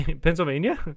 Pennsylvania